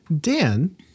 Dan